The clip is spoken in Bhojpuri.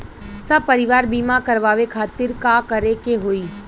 सपरिवार बीमा करवावे खातिर का करे के होई?